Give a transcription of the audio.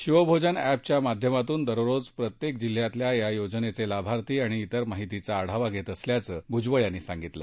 शिवभोजन एपच्या माध्यमातून दररोज प्रत्येक जिल्ह्यातल्या या योजनेचे लाभार्थी आणि तेर माहितीचा आढावा घेत असल्याचं भुजबळ यांनी सांगितलं